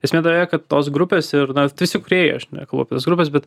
esmė tame kad tos grupės ir na jų kūrėjai aš nekalbu apie tas grupes bet